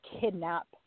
kidnap